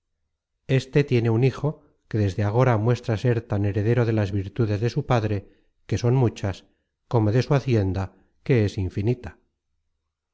éste tiene un hijo que desde agora muestra ser tan heredero de las virtudes de su padre que son muchas como de su hacienda que es infinita